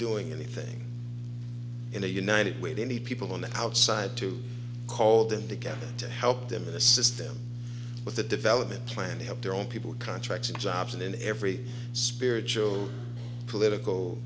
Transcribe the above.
doing anything in a united way they need people on the outside to call them together to help them in the system with the development plan to help their own people contracted jobs and in every spiritual political